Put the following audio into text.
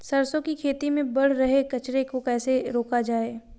सरसों की खेती में बढ़ रहे कचरे को कैसे रोका जाए?